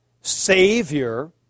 Savior